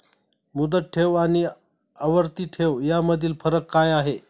मुदत ठेव आणि आवर्ती ठेव यामधील फरक काय आहे?